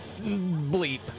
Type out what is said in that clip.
bleep